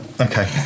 Okay